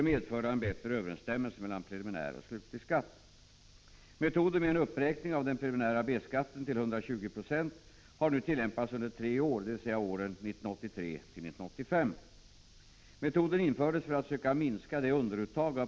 Om regeringen inte vill ändra preliminärskatteuttaget i det här avseendet, återstår bara för lantbrukarna att överlag preliminärdeklarera.